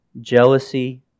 jealousy